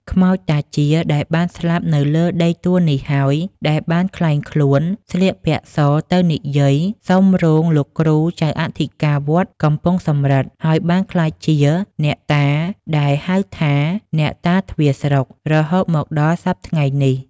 ខ្មោចតាជា ដែលបានស្លាប់នៅលើដីទួលនេះហើយ ដែលបានក្លែងខ្លួនស្លៀកពាក់សទៅនិយាយសុំរោងលោកគ្រូចៅអធិការវត្តកំពង់សំរឹទ្ធ ហើយបានក្លាយជាអ្នកតាដែលហៅថា "អ្នកតាទ្វារស្រុក" រហូតមកដល់សព្វថ្ងៃនេះ ។